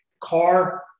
car